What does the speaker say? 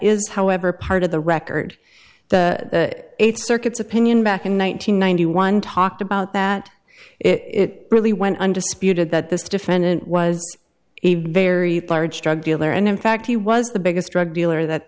is however part of the record eight circuits opinion back in one nine hundred ninety one talked about that it really went undisputed that this defendant was a very large drug dealer and in fact he was the biggest drug dealer that